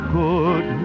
good